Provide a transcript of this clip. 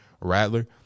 Rattler